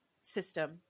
system